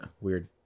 Weird